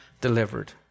delivered